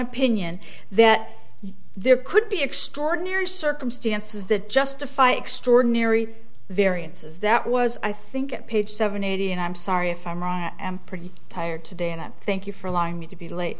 opinion that there could be extraordinary circumstances that justify extraordinary variances that was i think at page seven eighty and i'm sorry if i'm wrong i am pretty tired today and i thank you for allowing me to be late